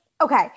okay